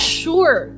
sure